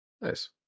Nice